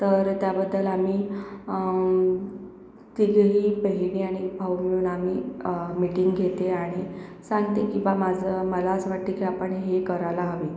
तर त्याबद्दल आम्ही तिघेही बहिणी आणि भाऊ मिळून आम्ही मीटिंग घेते आणि सांगते की बुवा माझं मला असं वाटते की आपण हे करायला हवे